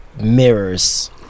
mirrors